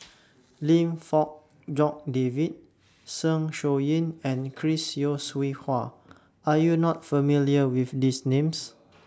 Lim Fong Jock David Zeng Shouyin and Chris Yeo Siew Hua Are YOU not familiar with These Names